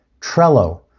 Trello